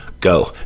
go